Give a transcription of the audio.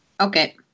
Okay